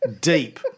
deep